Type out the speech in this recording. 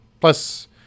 plus